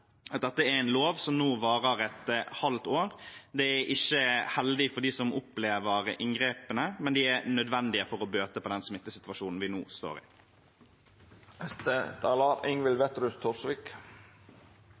at dette er en lov som nå varer et halvt år. Det er ikke heldig for dem som opplever inngrepene, men det er nødvendig for å bøte på smittesituasjonen vi nå står